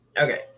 Okay